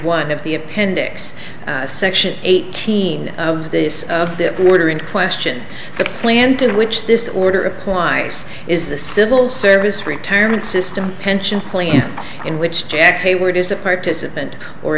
one of the appendix section eighteen of this of that water in question the plant in which this order applies is the civil service retirement system pension plan in which jack hayward is a participant or